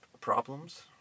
problems